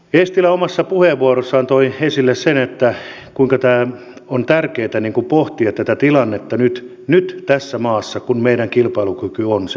eestilä omassa puheenvuorossaan toi esille sen kuinka on tärkeätä pohtia tätä tilannetta nyt tässä maassa kun meidän kilpailukyky on se mikä on